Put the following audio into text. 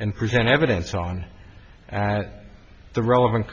and present evidence on the relevant